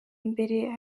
mbere